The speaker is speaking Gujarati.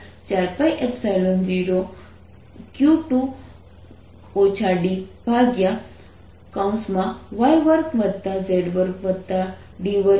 અને x ≥ 0 માટે D લંબ એ DEx હશે